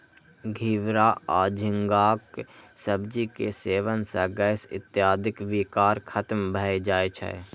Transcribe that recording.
घिवरा या झींगाक सब्जी के सेवन सं गैस इत्यादिक विकार खत्म भए जाए छै